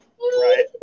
right